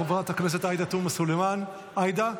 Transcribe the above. חברת הכנסת עאידה תומא סלימאן - אינה נוכחת,